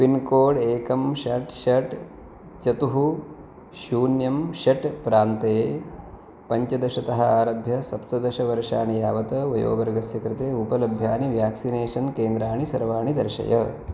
pincode एकं षट् षट् चतुः शून्यं षट् प्रान्ते पञ्चदशतः आरभ्य सप्तदशवर्षाणि यावत वयोवर्गस्य कृते उपलभ्यानि व्याक्सिनेषन् केन्द्राणि सर्वाणि दर्शय